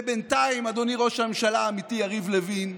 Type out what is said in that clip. בינתיים, אדוני ראש הממשלה האמיתי יריב לוין,